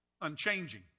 unchanging